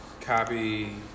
copy